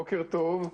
בוקר טוב.